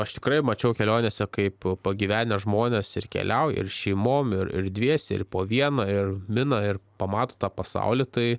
aš tikrai mačiau kelionėse kaip pagyvenę žmonės ir keliauja ir šeimom ir ir dviese ir po vieną ir mina ir pamato tą pasaulį tai